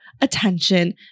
Attention